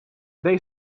they